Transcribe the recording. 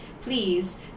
please